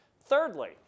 Thirdly